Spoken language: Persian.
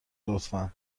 لطفا